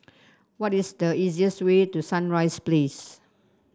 what is the easiest way to Sunrise Place